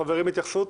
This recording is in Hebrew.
חברים, התייחסות?